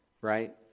right